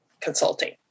consulting